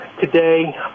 today